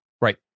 Right